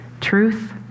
truth